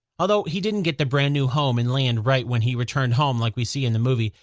although he didn't get the brand new home and land right when he returned home like we see in the movie,